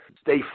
stay